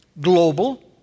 global